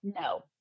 No